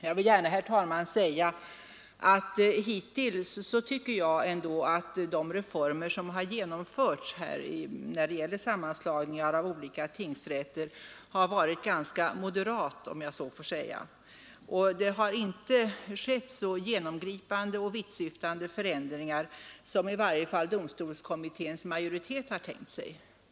Jag tycker, herr talman, att hittills har de reformer som genomförts när det gäller sammanslagningar av olika tingsrätter varit ganska moderata. Några så genomgripande och vittsyftande förändringar, som i varje fall domstolskommitténs majoritet tänkt sig, har inte skett.